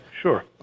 Sure